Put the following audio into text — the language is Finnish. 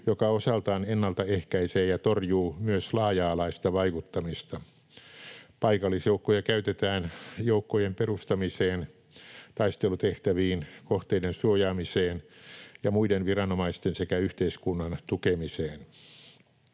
joka osaltaan ennaltaehkäisee ja torjuu myös laaja-alaista vaikuttamista. Paikallisjoukkoja käytetään joukkojen perustamiseen, taistelutehtäviin, kohteiden suojaamiseen ja muiden viranomaisten sekä yhteiskunnan tukemiseen.